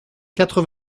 quatre